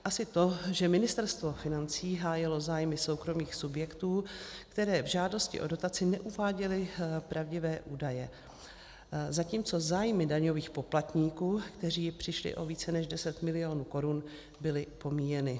Asi to, že Ministerstvo financí hájilo zájmy soukromých subjektů, které v žádosti o dotaci neuváděly pravdivé údaje, zatímco zájmy daňových poplatníků, kteří přišli o více než 10 mil. korun, byly pomíjeny.